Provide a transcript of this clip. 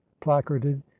placarded